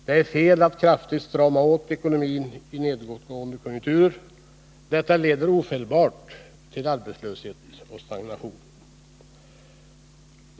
Det är fel att kraftigt strama åt ekonomin i nedåtgående konjunkturer. Det leder omedelbart till arbetslöshet och stagnation.